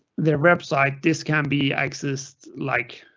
their website. this can be accessed like. ah,